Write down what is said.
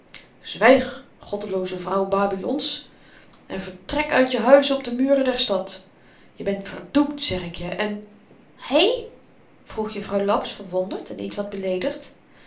zwyg goddelooze vrouwe babilons en vertrek uit je huis op de muren der stad je bent verdoemd zeg ik je en hé vroeg juffrouw laps verwonderd en ietwat beleedigd